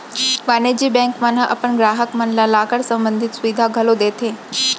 वाणिज्य बेंक मन ह अपन गराहक मन ल लॉकर संबंधी सुभीता घलौ देथे